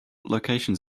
locations